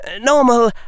Normal